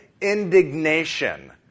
indignation